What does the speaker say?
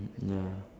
ya